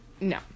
No